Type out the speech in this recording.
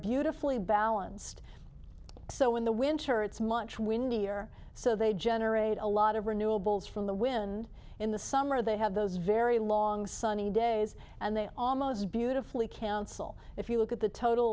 beautifully balanced so in the winter it's much windier so they generate a lot of renewables from the wind in the summer they have those very long sunny days and they almost beautifully cancel if you look at the total